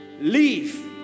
leave